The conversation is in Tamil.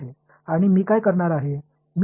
எனவே நான் என்ன செய்ய பரிந்துரைக்கிறீர்கள்